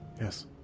Yes